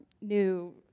new